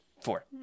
Four